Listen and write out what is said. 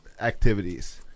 activities